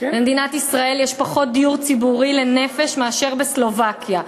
במדינת ישראל יש פחות דיור ציבורי לנפש מאשר בסלובקיה.